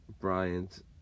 Bryant